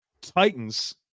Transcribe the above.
titans